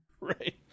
Right